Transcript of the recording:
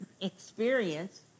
experience